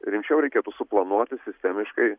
rimčiau reikėtų suplanuoti sistemiškai